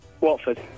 Watford